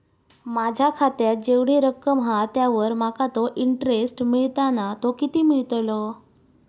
माझ्या खात्यात जेवढी रक्कम हा त्यावर माका तो इंटरेस्ट मिळता ना तो किती मिळतलो?